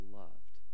loved